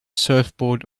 surfboard